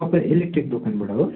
तपाईँ इलेक्ट्रिक देकानबाट हो